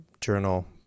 journal